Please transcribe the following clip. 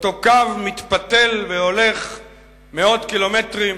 אותו קו מתפתל והולך מאות קילומטרים.